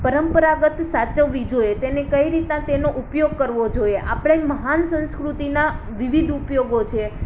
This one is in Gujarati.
પરંપરાગત સાચવવી જોઈએ તેને કઈ રીતના તેનો ઉપયોગ કરવો જોઈએ આપણે મહાન સંસ્કૃતિના વિવિધ ઉપયોગો છે